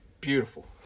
beautiful